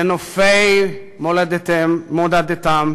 לנופי מולדתם,